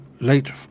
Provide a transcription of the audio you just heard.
late